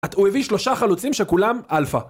הוא הביא שלושה חלוצים שכולם אלפה